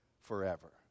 forever